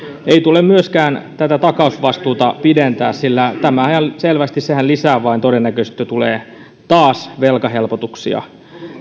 ei tule myöskään tätä takausvastuuta pidentää sillä tämähän ihan selvästi lisää vain todennäköisyyttä että tulee taas velkahelpotuksia